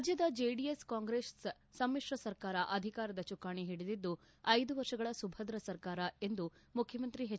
ರಾಜ್ಯದ ಜೆಡಿಎಸ್ ಕಾಂಗ್ರೆಸ್ ಸಮಿಶ್ರ ಸರ್ಕಾರ ಅಧಿಕಾರದ ಚುಕ್ಕಾಣಿ ಹಿಡಿದಿದ್ದು ಐದು ವರ್ಷಗಳ ಸುಭದ್ರ ಸರ್ಕಾರ ಎಂದು ಮುಖ್ಯಮಂತ್ರಿ ಎಚ್